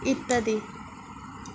ইত্যাদি